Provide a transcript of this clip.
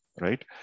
right